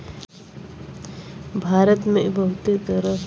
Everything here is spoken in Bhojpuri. भारत मे बहुते तरह क दाल पावल जाला